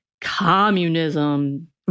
communism